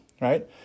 right